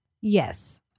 Yes